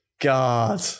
God